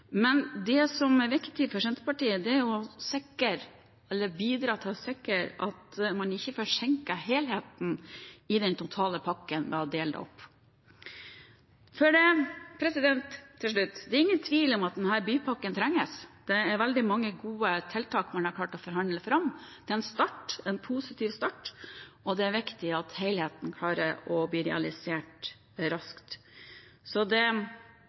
Men det som er viktig for Senterpartiet, er å bidra til å sikre at man ikke forsinker helheten i den totale pakken ved å dele det opp. Til slutt: Det er ingen tvil om at denne bypakken trengs. Det er veldig mange gode tiltak man har klart å forhandle fram. Det er en start – en positiv start – og det er viktig at man klarer å realisere helheten raskt. Så gratulerer til Østfold – det